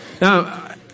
Now